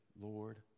Lord